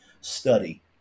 study